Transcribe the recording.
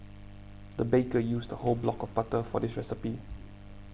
the baker used a whole block of butter for this recipe